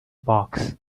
box